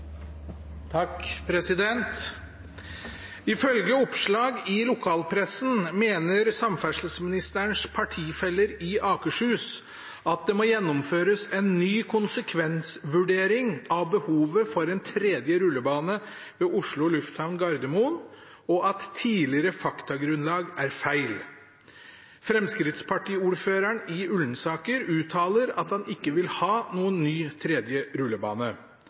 oppslag i lokalpressen mener samferdselsministerens partifeller i Akershus at det må gjennomføres en ny konsekvensvurdering av behovet for en tredje rullebane ved Oslo Lufthavn Gardermoen, og at tidligere faktagrunnlag er feil. Fremskrittsparti-ordføreren i Ullensaker uttaler at han ikke vil ha noen ny tredje rullebane.